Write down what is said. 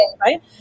Right